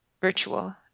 virtual